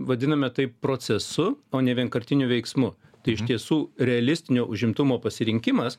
vadiname tai procesu o ne vienkartiniu veiksmu tai iš tiesų realistinio užimtumo pasirinkimas